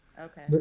Okay